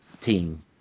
Team